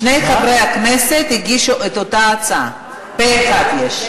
שני חברי הכנסת הגישו את אותה הצעה, פה-אחד יש.